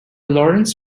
lorentz